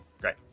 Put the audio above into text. Great